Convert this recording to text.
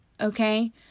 Okay